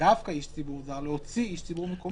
דווקא איש ציבור זר, להוציא איש ציבור מקומי.